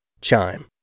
Chime